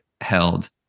held